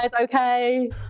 okay